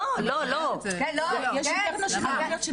איך 70 אחוז?